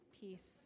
Peace